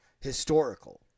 Historical